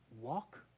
walk